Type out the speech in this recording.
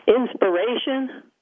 inspiration